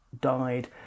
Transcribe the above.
died